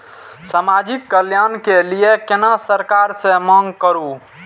समाजिक कल्याण के लीऐ केना सरकार से मांग करु?